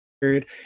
period